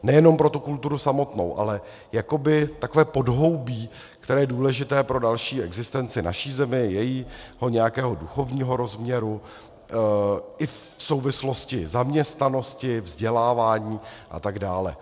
Nejenom pro kulturu samotnou, ale jakoby takové podhoubí, které je důležité pro další existenci naší země, jejího nějakého duchovního rozměru i v souvislosti se zaměstnaností, vzděláváním a tak dále.